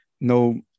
no